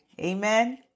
Amen